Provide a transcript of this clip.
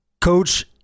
Coach